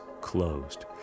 closed